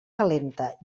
calenta